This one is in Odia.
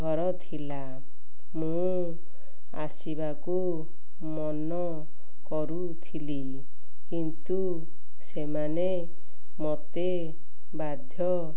ଘର ଥିଲା ମୁଁ ଆସିବାକୁ ମନ କରୁଥିଲି କିନ୍ତୁ ସେମାନେ ମତେ ବାଧ୍ୟ